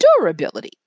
durability